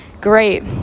great